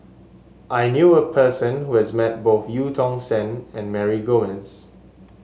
I knew a person who has met both Eu Tong Sen and Mary Gomes